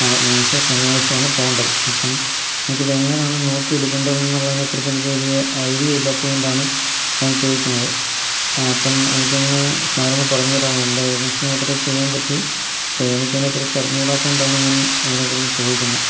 നാളെ മീൻസ് ശനിയാഴ്ചയാണ് പോവേണ്ടത് അപ്പം എനിക്ക് ഇതെങ്ങനെയാണ് നോക്കിയെടുക്കേണ്ടത് എന്നുള്ളതിനെ കുറിച്ചു എനിക്ക് വലിയ ഐഡിയ ഇല്ലാത്തത് കൊണ്ടാണ് ഞാൻ ചോദിക്കുന്നത് അപ്പം എനിക്കൊന്ന് സാറൊന്ന് പറഞ്ഞു തരുമോ നമ്മുടെ ഏജൻസി മാത്രമേ ചെയ്യാൻ പറ്റൂ ഇപ്പം എനിക്ക് അതിനെക്കുറിച്ചു അറിഞ്ഞുകൂടാത്തത് കൊണ്ടാണ് ഞാൻ ഇതിനെക്കുറിച്ച് ചോദിക്കുന്നത്